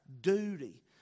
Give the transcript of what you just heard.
duty